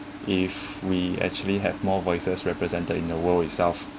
if we actually have more voices represented in the world itself